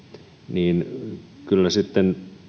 niin kyllä sitten